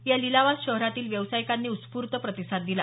या लिलावास शहरातील व्यावसायिकांनी उस्फूर्त प्रतिसाद दिला